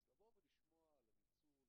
אז לבוא ולשמוע על הניצול,